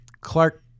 Clark